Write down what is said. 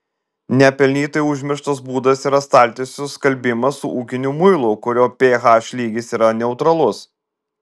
nepelnytai užmirštas būdas yra staltiesių skalbimas su ūkiniu muilu kurio ph lygis yra neutralus